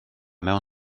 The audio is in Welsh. mewn